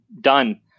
done